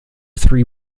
three